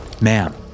ma'am